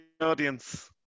audience